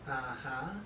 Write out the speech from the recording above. (uh huh)